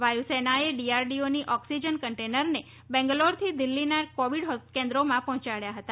વાયુસેનાએ ડીઆરડીઓની ઓક્સિજન કન્ટેનરને બેંગ્લોરથી દિલ્ફીના કોવિડ કેન્દ્રોમાં પોહ્યાડ્યા હતા